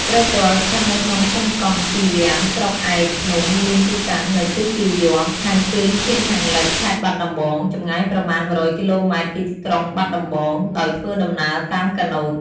ព្រែកទាល់ស្ថិតនៅក្នុងឃុំកោះជីវាំងស្រុកឯកភ្នំមានទីតាំងនៅទិសពាយព្យ ខាងជើងឈៀងខាងលិច ខេត្តបាត់ដំបង ចម្ងាយប្រមាណ ១០០គីឡូម៉ែត្រពីក្រុងបាត់ដំបង ដោយធ្វើដំណើរតាមកាណូត។